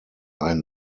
ein